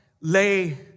lay